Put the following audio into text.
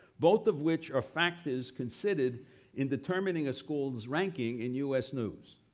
both of which are factors considered in determining a school's ranking in u s. news.